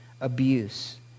abuse